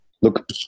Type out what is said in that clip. look